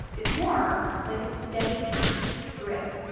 and it's more like a steady drip.